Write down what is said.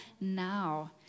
now